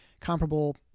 comparable